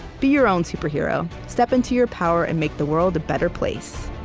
be your own superhero step into your power and make the world a better place